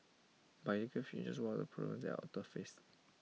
but illegal fishing is just one of the the face